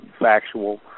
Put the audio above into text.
factual